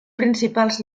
principals